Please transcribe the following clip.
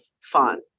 fun